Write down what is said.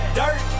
dirt